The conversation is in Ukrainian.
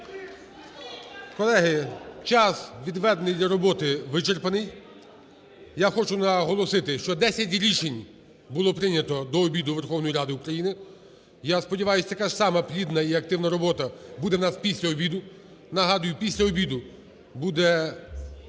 Колеги, час, відведений для роботи, вичерпаний. Я хочу наголосити, що десять рішень було прийнято до обіду Верховною Радою України. Я сподіваюсь, така ж сама плідна і активна робота буде у нас після обіду. Нагадую, після обіду буде